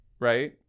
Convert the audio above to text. right